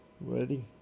ready